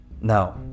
Now